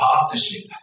partnership